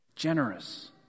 Generous